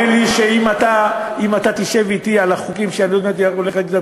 האמן לי שאם אתה תשב אתי על החוקים שאני עוד מעט הולך לקרוא,